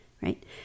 Right